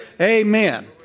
Amen